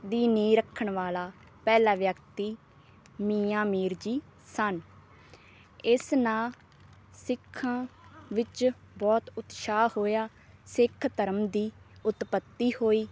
ਦੀ ਨੀਂਹ ਰੱਖਣ ਵਾਲਾ ਪਹਿਲਾ ਵਿਅਕਤੀ ਮੀਆਂ ਮੀਰ ਜੀ ਸਨ ਇਸ ਨਾਲ ਸਿੱਖਾਂ ਵਿੱਚ ਬਹੁਤ ਉਤਸ਼ਾਹ ਹੋਇਆ ਸਿੱਖ ਧਰਮ ਦੀ ਉਤਪਤੀ ਹੋਈ